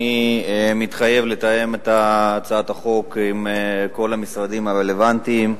שאני מתחייב לתאם את הצעת החוק עם כל המשרדים הרלוונטיים,